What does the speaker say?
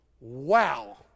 Wow